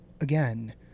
again